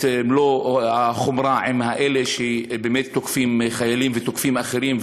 את מלוא החומרה עם אלה שבאמת תוקפים חיילים ותוקפים אחרים,